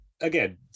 again